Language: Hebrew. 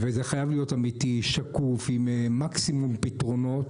זה חייב להיות אמיתי, שקוף, עם מקסימום פתרונות,